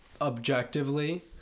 objectively